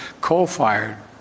coal-fired